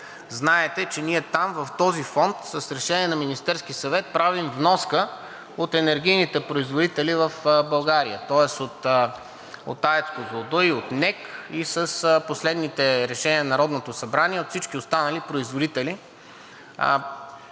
Знаете, че в този фонд ние с решение на Министерски съвет правим вноска от енергийните производители в България, тоест от АЕЦ „Козлодуй“ и от НЕК, и с последните решения на Народното събрание от всички останали производители